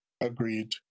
Agreed